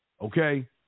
Okay